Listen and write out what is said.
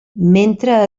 mentre